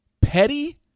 petty